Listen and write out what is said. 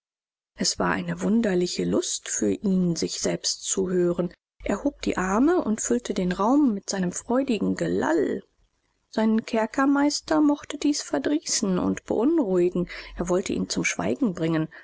es war eine wunderliche lust für ihn sich selbst zu hören er hob die arme und füllte den raum mit seinem freudigen gelall seinen kerkermeister mochte dies verdrießen und beunruhigen er wollte ihn zum schweigen bringen